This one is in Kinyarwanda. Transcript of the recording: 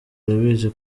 arabizi